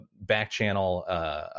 back-channel